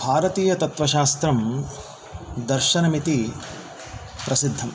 भारतीयतत्त्वशास्त्रं दर्शनमिति प्रसिद्धं